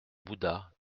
bouddha